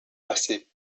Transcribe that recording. passée